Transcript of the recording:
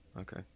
Okay